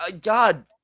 god